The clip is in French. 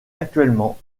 actuellement